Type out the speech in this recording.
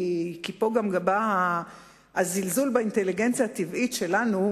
כי פה גם בא הזלזול באינטליגנציה הטבעית שלנו,